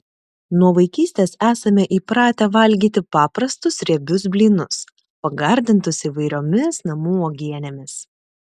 nuo vaikystės esame įpratę valgyti paprastus riebius blynus pagardintus įvairiomis namų uogienėmis